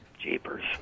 jeepers